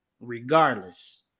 regardless